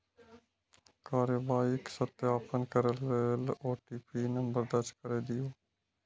कार्रवाईक सत्यापन करै लेल ओ.टी.पी नंबर दर्ज कैर दियौ